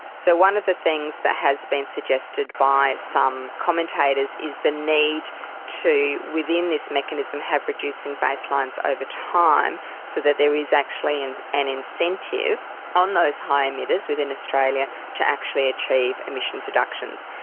so one of the things that has been suggested by some commentators is the need to, within this mechanism, have reducing baselines over time so that there is actually and an incentive on those high emitters within australia to actually achieve emissions reductions,